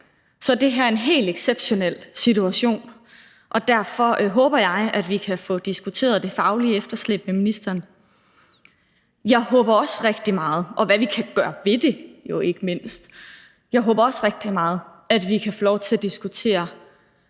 er det her en helt exceptionel situation. Derfor håber jeg, at vi kan få diskuteret det faglige efterslæb med ministeren, og ikke mindst, hvad vi kan gøre ved det. Jeg håber også rigtig meget, at vi kan få lov til at diskutere